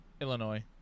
Illinois